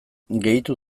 gehitu